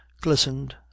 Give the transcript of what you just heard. glistened